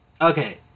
Okay